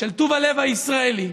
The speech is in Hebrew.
של טוב הלב הישראלי.